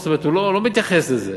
זאת אומרת, הוא לא מתייחס לזה.